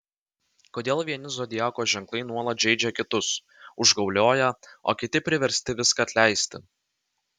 kodėl vieni zodiako ženklai nuolat žeidžia kitus užgaulioja o kiti priversti viską atleisti